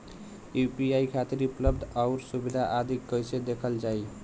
UPI खातिर उपलब्ध आउर सुविधा आदि कइसे देखल जाइ?